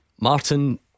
Martin